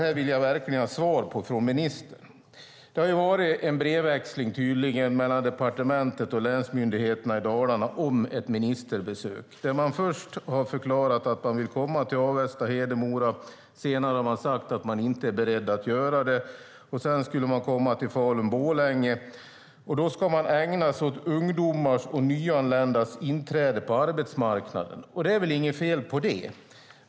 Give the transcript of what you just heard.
Här vill jag verkligen ha ett svar av ministern. Det har tydligen varit en brevväxling mellan departementet och länsmyndigheterna i Dalarna om ett ministerbesök. Man har först förklarat att man vill komma till Avesta och Hedemora. Senare har man sagt att man inte är beredd att göra det. Sedan skulle man komma till Falun och Borlänge. Då ska man ägna sig åt ungdomars och nyanländas inträde på arbetsmarknaden. Det är väl inget fel på det.